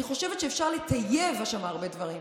אני חושבת שאפשר לטייב שם הרבה דברים.